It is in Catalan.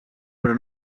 però